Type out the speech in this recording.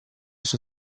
sua